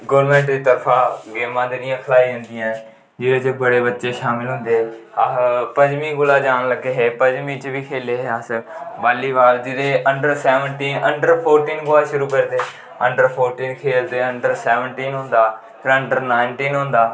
government दी तरफा गेमां जेह्ड़ियां खलाइयां जंदियां न जेह्दे च बड़े बच्चे शामल होंदे अस पं'जमी कोला जान लग्गे हे पं'जमी च बी खेले हे अस बॉल्ली बॉल जेह्दे च अंडर सैवनटीन अंडर फोर्टीन कोला शुरू करदे अन्डर फोर्टीन खेलदे अन्डर सैवनटीन होंदा फिर अंडर नाईनटीन होंदा